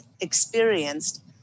experienced